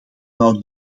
nou